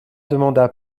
demanda